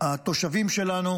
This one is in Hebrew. התושבים שלנו,